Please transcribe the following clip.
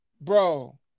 Bro